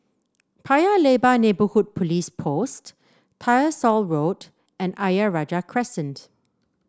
Paya Lebar Neighbourhood Police Post Tyersall Road and Ayer Rajah Crescent